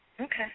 Okay